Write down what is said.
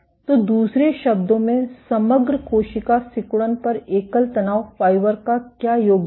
तो दूसरे शब्दों में समग्र कोशिका सिकुड़न पर एकल तनाव फाइबर का क्या योगदान है